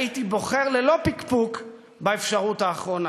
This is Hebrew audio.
הייתי בוחר ללא פקפוק באפשרות האחרונה.